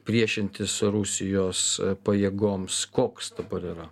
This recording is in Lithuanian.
priešintis rusijos pajėgoms koks dabar yra